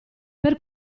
per